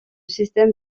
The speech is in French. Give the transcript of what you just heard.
système